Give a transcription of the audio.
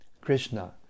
Krishna